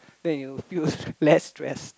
then you feel less stress